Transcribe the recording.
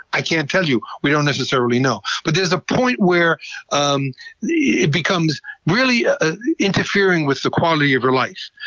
i can't tell you, we don't necessarily know, but there's a point where um it becomes really ah interfering with the quality of your life.